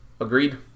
Agreed